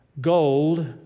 Gold